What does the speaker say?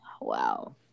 Wow